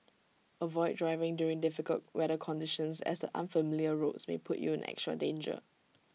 avoid driving during difficult weather conditions as the unfamiliar roads may put you in extra danger